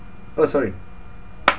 oh sorry